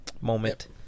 moment